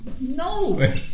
No